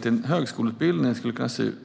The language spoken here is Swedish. till en högskoleutbildning skulle kunna se ut.